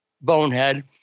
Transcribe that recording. bonehead